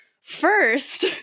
first